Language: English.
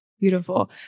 Beautiful